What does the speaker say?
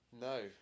No